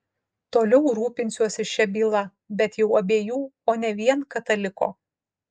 toliau rūpinsiuosi šia byla bet jau abiejų o ne vien kataliko